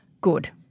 Good